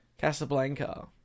Casablanca